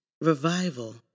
revival